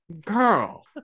girl